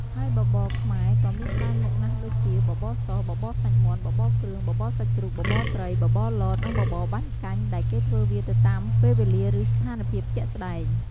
ហើយបបរខ្មែរក៏មានច្រើនមុខណាស់ដូចជា បបរស បបរសាច់មាន់ បបរគ្រឿង បបរសាច់ជ្រូក បបរត្រី បបរលត និងបបរបាញ់កាញ់ ដែលគេធ្វើវាទៅតាមពេលវេលាឬស្ថានភាពជាក់ស្តែង។